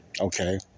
Okay